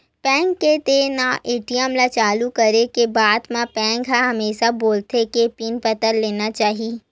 bank के देय नवा ए.टी.एम ल चालू करे के बाद म बेंक ह हमेसा बोलथे के पिन बदल लेना चाही